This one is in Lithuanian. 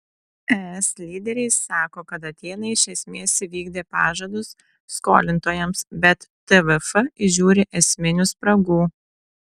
es lyderiai sako kad atėnai iš esmės įvykdė pažadus skolintojams bet tvf įžiūri esminių spragų